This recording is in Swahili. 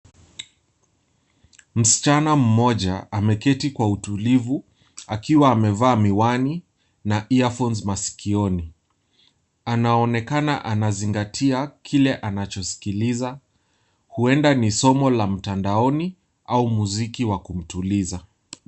Msichana mmoja ameketi kwa utulivu akiwa amevaa miwani na earphones masikioni. Anaonekana anasikatia kila anachosikiliza huenda ni somo la mtandaoni au muziki wa kumtuliza.